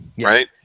right